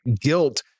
guilt